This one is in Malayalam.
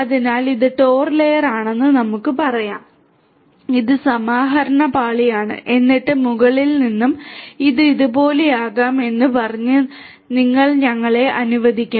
അതിനാൽ ഇത് TOR ലെയർ ആണെന്ന് നമുക്ക് പറയാം ഇത് സമാഹരണ പാളിയാണ് എന്നിട്ട് മുകളിൽ ഇത് ഇതും ഇതുപോലെയുമാകാം എന്ന് പറയാൻ നിങ്ങൾ ഞങ്ങളെ അനുവദിക്കും